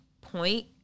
point